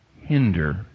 hinder